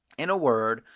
in a word,